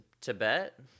Tibet